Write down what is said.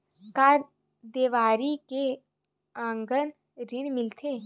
का देवारी के अलग ऋण मिलथे?